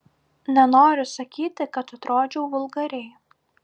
nenoriu sakyti kad atrodžiau vulgariai